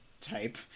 type